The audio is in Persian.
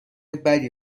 بدی